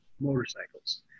motorcycles